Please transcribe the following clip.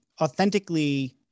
authentically